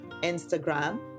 Instagram